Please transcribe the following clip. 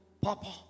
papa